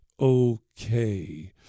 Okay